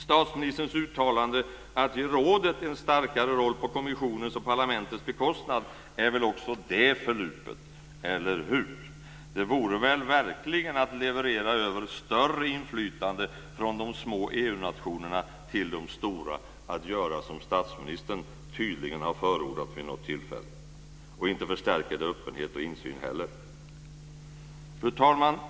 Statsministerns uttalande om att ge rådet en starkare roll på kommissionens och parlamentets bekostnad är väl också det förlupet, eller hur? Det vore verkligen att leverera över större inflytande från de små EU-nationerna till de stora att göra som statsministern tydligen har förordat vid något tillfälle. Inte förstärker det öppenhet och insyn heller. Fru talman!